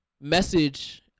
message